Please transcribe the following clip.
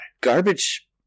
Garbage